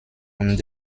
und